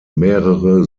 mehrere